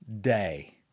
day